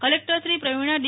કલેકટરશ્રી પ્રવિણા ડી